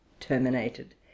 terminated